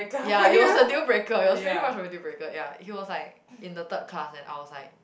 ya it was a dealbreaker it was pretty much of a dealbreaker ya he was like in the third class and I was like